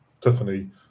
Tiffany